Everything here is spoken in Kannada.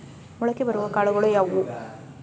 ಮೊಳಕೆ ಬರುವ ಕಾಳುಗಳು ಯಾವುವು?